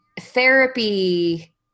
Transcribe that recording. therapy